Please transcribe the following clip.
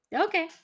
okay